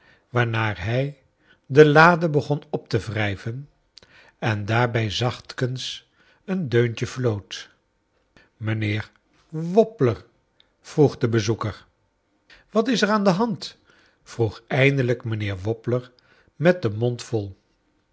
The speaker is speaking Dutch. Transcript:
waarna hij de lade begon op te wrijven en daarbij zaehtkens een deuntje floot mrjnheer wobbler vroeg de bezoeker wat is er aan de hand vroeg eindelijk mijnheer wobbler met den mond vol